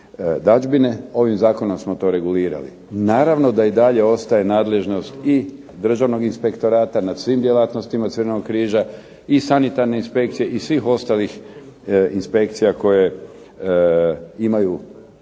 dadžbine. Ovim Zakonom smo to regulirali. Naravno da i dalje ostaje nadležnost Državnog inspektorata nad svim djelatnostima Crvenog križa i sanitarne inspekcije i svih ostalih inspekcija koje imaju